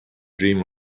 dream